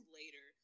later